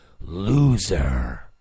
loser